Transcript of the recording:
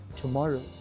tomorrow